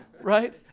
right